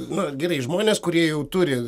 na gerai žmonės kurie jau turi